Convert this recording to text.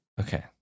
okay